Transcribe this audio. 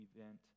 event